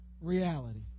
reality